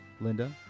Linda